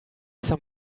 some